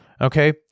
Okay